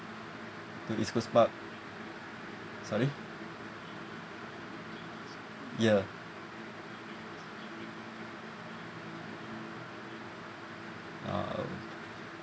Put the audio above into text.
to east coast park sorry ya uh